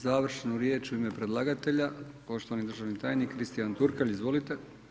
Završnu riječ u ime predlagatelja, poštovani državni tajnik Kristian Turkalj, izvolite.